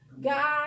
God